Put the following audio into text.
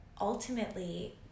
Ultimately